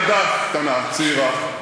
וראיתי שם ילדה קטנה, צעירה,